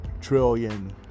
trillion